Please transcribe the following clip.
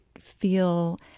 feel